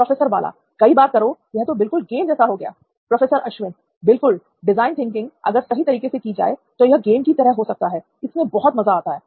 professor Bala कई बार करो यह तो बिल्कुल गेम जैसा हो गया प्रोफेसर अश्विन बिल्कुल डिजाइन थिंकिंग अगर सही तरीके से की जाए तो यह गेम की तरह हो सकता है इसमें बहुत मजा आता है